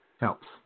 Helps